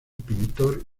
pintor